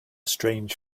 strange